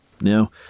Now